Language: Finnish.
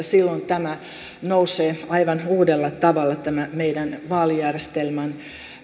silloin nousee aivan uudella tavalla tämä meidän vaalijärjestelmämme